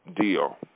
deal